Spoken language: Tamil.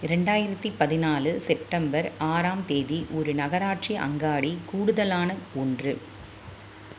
ரெண்டாயிரத்து பதினாலு செப்டம்பர் ஆறாம் தேதி ஒரு நகராட்சி அங்காடி கூடுதலான ஒன்று